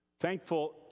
Thankful